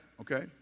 Okay